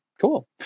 cool